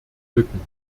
lücken